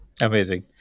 Amazing